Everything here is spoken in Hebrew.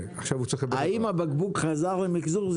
האם הבקבוק חזר למחזור?